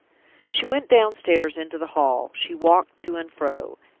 she went downstairs into the hall she walked to and fro,